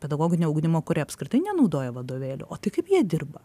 pedagoginio ugdymo kur jie apskritai nenaudoja vadovėlių o tai kaip jie dirba